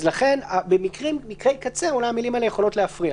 לכן, במקרי קצה אולי המילים האלה יכולות להפריע.